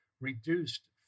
reduced